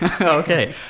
Okay